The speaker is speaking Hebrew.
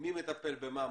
מי מטפל במה,